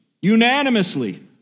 unanimously